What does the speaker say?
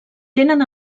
tenen